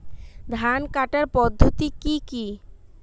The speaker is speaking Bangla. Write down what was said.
ধান কাটার পদ্ধতি কি কি?